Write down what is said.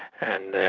and